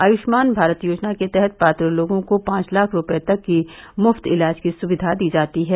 आयुष्मान भारत योजना के तहत पात्र लोगों को पाँच लाख रूपये तक की मुफ्त इलाज की सुविधा दी जाती है